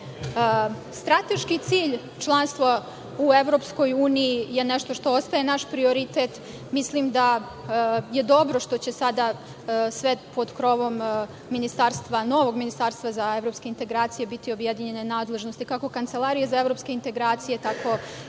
Srbiji. Strateški cilj, članstvo u Evropskoj uniji, je nešto što ostaje naš prioritet. Mislim da je dobro što će sada sve pod krovom novog ministarstva za evropske integracije biti objedinjene nadležnosti, kako Kancelarije za evropske integracije, tako